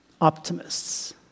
Optimists